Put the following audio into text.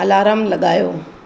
alarm लॻायो